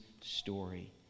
story